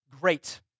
Great